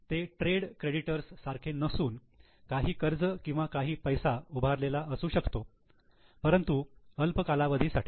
ते trade creditors सारखे नसून काही कर्ज किंवा काही पैसा उभारलेला असो शकतात परंतु अल्प कालावधी साठी